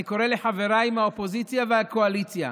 אני קורא לחבריי מהאופוזיציה והקואליציה: